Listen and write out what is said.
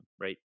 right